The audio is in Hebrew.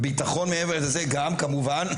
וביטחון מעבר לזה גם כמובן,